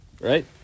right